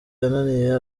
yananiye